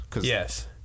Yes